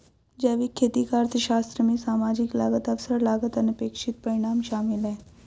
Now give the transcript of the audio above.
जैविक खेती का अर्थशास्त्र में सामाजिक लागत अवसर लागत अनपेक्षित परिणाम शामिल है